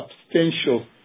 substantial